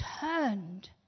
turned